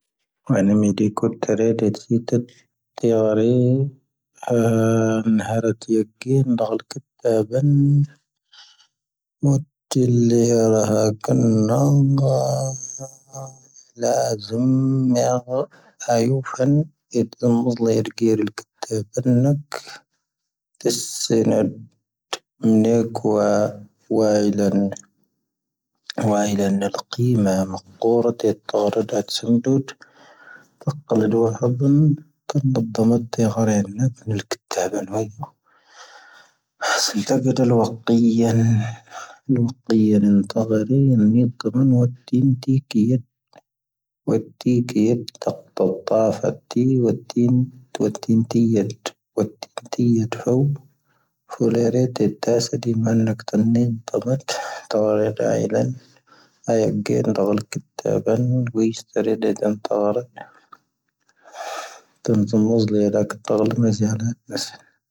ⴰⵏⴻⵎⴻ ⴷⵉⴻⵜ ⵇⵓⵜ ⴽⴰⵔⴻⵏ ⵜⴻⵜⵙⵉ ⵜⴻⵜ ⵜⴻⵉⵔⴻ ⴰⴰⵏ ⵀⴰⵔⴻⵜ ⵜⵜⵉⵢⴻ ⵏⴷⴰⵀⴰⵍ ⵀⵉⵙⴰⴱⴰⵏ ⵡⵓⵜⵜⵉⵍ ⵍⴻ ⵢⴰ ⴰⵀⴰⵇⴰⵏ ⵍⴰⴰⵣⵉⵎ ⴰⵢⵓⴽⴰⵏ ⵉⵣⵍⵍⵉⵢⴰ ⵎⵓⵣⵍⵉⵢⴰ ⵜⴰⴱⴰⵏⵏⴰ ⵏⴰⴽ ⵜⴻⵙⵙⵉⵏⴰⵏ ⵏⵉⴽⵡⴰ ⵡⴰⵢⵉⵍⴰⵏ ⵡⴰⵢⵉⵍⴰⵏ ⵇⵉⵎⴰ ⵎⴰⵇⵇⵓⵔⴰⵜ ⵜⵉⴽⴽⴰⵔⵓⵜⴰⵜ ⵙⵓⵏⴷⵓⵜ ⵜⴰⵇⵇⴰⵍⴰ ⴷⵓⵡⴰⴷⵍⵉⵏ ⵜⴰⴰⵜⴰ ⵎⴰⵜⵜⵉⵀⴰⵏ ⵎⴰⵜⵍⵉ ⴽⵉⵜⵜⴰⴱⴰⵏ ⴽⵉⴱⴰⵜⴰⵍ ⵡⴰⵇⵇⴰⵉⵢⴰ ⵏⵓⴽⴽⵉⵢⴰⵏ ⵇⴰⵎⴰⵏ ⵜⵉⵜⵜⵉ ⴽⵢⴰⵏ ⵡⴰⵜⵜⵉ ⴽⵢⴰⵏ ⵜⴰⵇⵇⴰⵍ ⵇⴰ ⵀⴰⵜⵜⵉ ⵢⵓⵜ ⵡⴰⵜⵉⴻⵏ ⵜⴻⵜⵜⵉⴻⵎ ⵜⵉⴽⵜⵓ ⵀⵉⴽⵜⴰⵓⵎ ⴽⵀⵉⵍⴰⵔⴻⵜ ⵜⴻⵜⵜⴻⵙⴰⵎ ⵜⵉⵎⴰⵏⵏⴰⴽ ⵏⵉⴻⴽ ⴽⴰⵎⴰⵜ ⵜⴰⵡⴰ ⵀⵉⵍⴰⵜ ⴰⵢⴰ ⴽⴻ ⵏⴷⴰⵔⴰⵜ ⴽⵉⵜⴰⴱⴰⵏ ⵡⵓⵢⵉⵙⴰⵔⴻ ⴷⴰⵜ ⴰⵡⴰⵔⴰⵜ ⵜⴰⵡⴰⵜ ⵜⴻ ⵎⵓⵣⵍⵉⵢⴰⵏ.